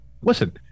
Listen